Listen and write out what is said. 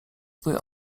twój